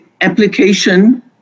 application